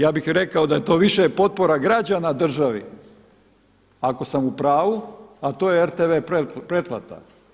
Ja bih rekao da je to više potpora građana državi, ako sam u pravu, a to je RTV pretplata.